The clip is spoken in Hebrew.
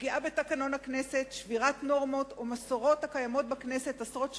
פגיעה בתקנון הכנסת ושבירת נורמות ומסורות הקיימות בכנסת עשרות שנים,